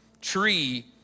tree